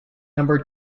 number